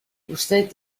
usted